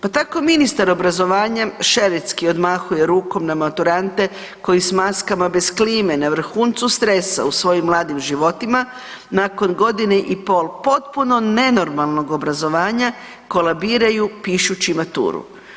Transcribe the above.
Pa tako ministar obrazovanja šeretski odmahuje rukom na maturante koji s maskama bez klime na vrhuncu stresa u svojim mladim životima nakon godine i pol potpuno nenormalnog obrazovanja kolabiraju pišući maturu.